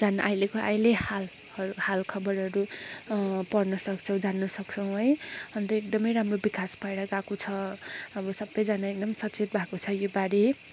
जान्न अहिलेको अहिले हालहरू हालखबरहरू पढ्न सक्छौँ जान्न सक्छौँ है अन्त एकदमै राम्रो विकास भएर गएको छ अब सबैजना एकदम सचेत भएको छ योपालि